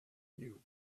you